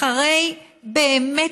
באמת,